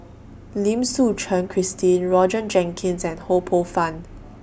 Lim Suchen Christine Roger Jenkins and Ho Poh Fun